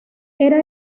era